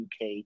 UK